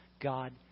God